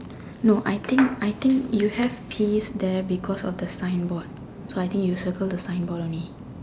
no I think I think you have peas there because of the signboard so I think you circle the signboard only